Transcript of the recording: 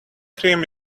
cream